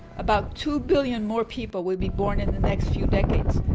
about two billion more people will be born in the next few decades,